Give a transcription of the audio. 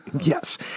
Yes